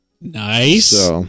Nice